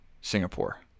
singapore